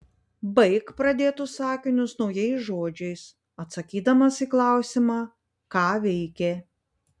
baik pradėtus sakinius naujais žodžiais atsakydamas į klausimą ką veikė